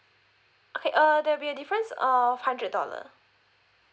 okay uh there'll be a difference uh hundred dollar